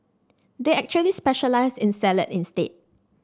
they actually specialise in salad instead